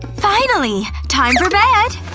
finally! time for bed!